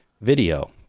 video